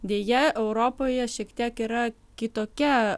deja europoje šiek tiek yra kitokia